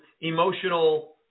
emotional